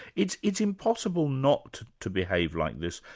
it's it's impossible not to behave like this,